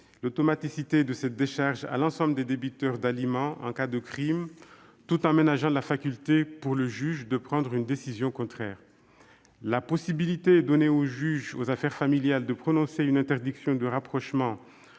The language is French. l'automaticité de cette décharge à l'ensemble des débiteurs d'aliments en cas de crime, tout en ménageant la faculté pour le juge de prendre une décision contraire. La possibilité donnée au juge aux affaires familiales de prononcer une interdiction de rapprochement,